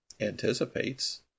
anticipates